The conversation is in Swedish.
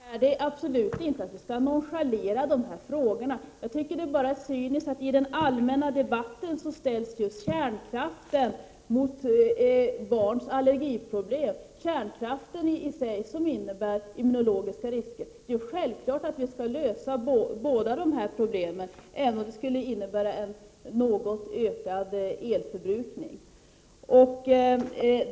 Fru talman! Jag har absolut inte sagt att vi skall nonchalera dessa frågor. Jag tycker bara att det är cyniskt att i den allmänna debatten ställa just kärnkraften mot barns allergiproblem. Kärnkraften i sig innebär ju immunologiska risker. Självfallet skall vi lösa båda dessa problem, även om det skulle innebära en något ökad elförbrukning.